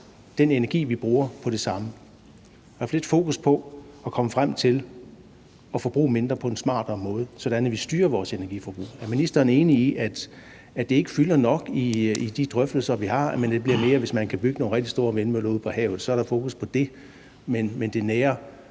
den energi, vi bruger på det samme, der er for lidt fokus på at komme frem til at forbruge mindre på en smartere måde, sådan at vi styrer vores energiforbrug. Er ministeren enig i, at det ikke fylder nok i de drøftelser, vi har, og at det mere bliver noget med, at hvis man kan bygge nogle rigtig store vindmøller ude på havet, er der mere fokus på det, mens det nære,